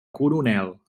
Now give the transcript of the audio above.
coronel